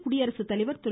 குடியரசுத்தலைவர் திரு